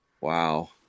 Wow